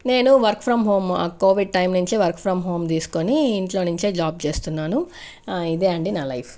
నేను work from home covid time నుంచే work from home తీసుకొని ఇంట్లో నుంచే జాబ్ చేస్తున్నాను ఆ ఇదే అండి నా లైఫ్